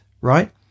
right